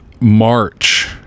March